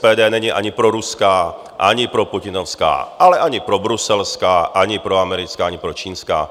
SPD není ani proruská, ani proputinovská, ale ani probruselská, ani proamerická, ani pročínská.